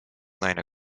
naine